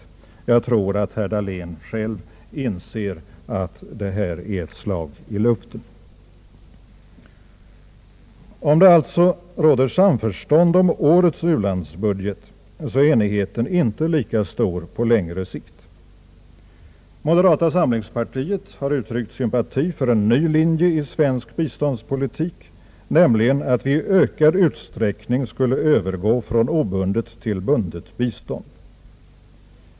Jag tror att herr Dahlén själv inser att detta är ett slag i luften. Om det alltså råder samförstånd kring årets u-landsbudget är enigheten inte lika stor på längre sikt. Moderata samlingspartiet har uttryckt sympati för en ny linje i svensk biståndspolitik, nämligen att vi i ökad utsträckning skulle övergå från obundet till bundet bistånd.